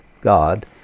God